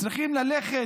צריכים ללכת,